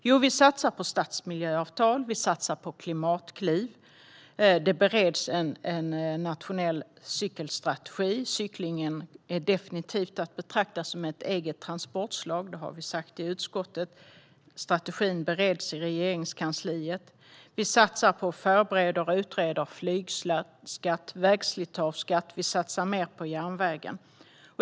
Jo, vi satsar på stadsmiljöavtal. Vi satsar på klimatkliv. Det bereds en nationell cykelstrategi. Cyklingen är definitivt att betrakta som ett eget transportslag - det har vi sagt i utskottet. Strategin bereds i Regeringskansliet. Vi satsar på, förbereder och utreder flygskatt och vägslitageskatt. Vi satsar mer på järnvägen.